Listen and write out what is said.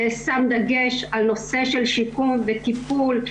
שם דגש על נושא של שיקום וטיפול,